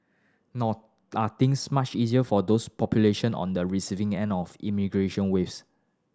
nor are things much easier for those population on the receiving end of immigration waves